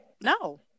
no